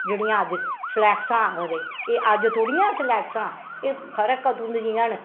जेह्ड़ियां अज्ज सलैग्सां आखदे एह् अज्ज थोह्ड़ी न सलैग्सां एह् खबरै कदूं दियां न